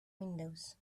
windows